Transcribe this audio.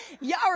Y'all